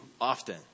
often